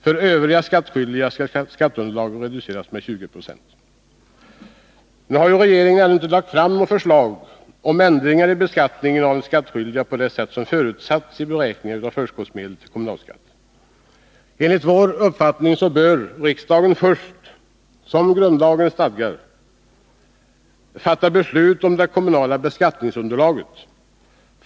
För övriga skattskyldiga skall skatteunderlaget reduceras med 20 26. Regeringen har ännu inte lagt fram något förslag om ändringar i beskattningen av de skattskyldiga på det sätt som förutsatts vid beräkningen av förskottsmedel av kommunalskatt. Enligt vår mening bör riksdagen först, såsom grundlagen stadgar, fatta beslut om det kommunala beskattningsunderlaget.